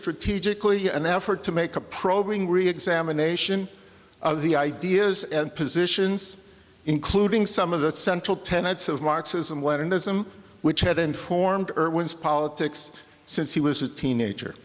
strategically an effort to make a probing reexamination of the ideas and positions including some of the central tenets of marxism leninism which had informed irwin's politics since he was a teenager